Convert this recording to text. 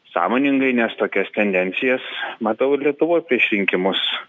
sąmoningai nes tokias tendencijas matau ir lietuvoj prieš rinkimus